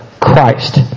Christ